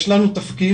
יש לנו תפקיד,